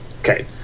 Okay